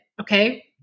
Okay